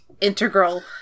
integral